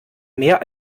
mehr